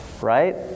Right